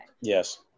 Yes